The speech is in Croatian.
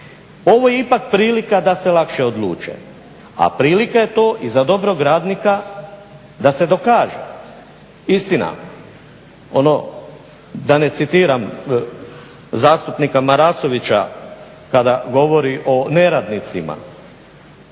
Ovo je ipak prilika da se lakše odluče, a prilika je to i za dobrog radnika da se dokaže. Istina, ono da ne citiram zastupnika Marasovića kada govori o neradnicima,